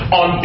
on